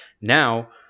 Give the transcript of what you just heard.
Now